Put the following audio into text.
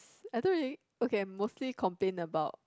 I don't really okay I mostly complain about